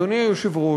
אדוני היושב-ראש,